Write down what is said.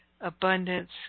abundance